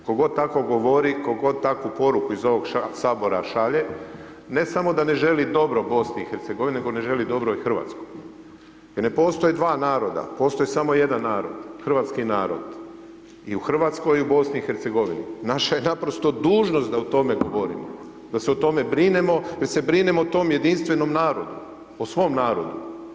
Tko god tako govori, tko god takvu poruku iz ovog Sabora šalje, ne samo da ne želi dobro BiH-u nego ne želi dobro i Hrvatskoj jer ne postoji dva naroda, postoji samo jedan narod, hrvatski narod, i u Hrvatskoj i BiH-u, naša je naprosto dužnost da o tome govorimo, da se o tom brinemo, da se brinemo o tom jedinstvenom narodu, o svom narodu.